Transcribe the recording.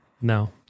No